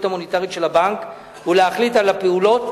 המוניטרית של הבנק ולהחליט על הפעולות